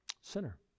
Sinner